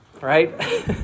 right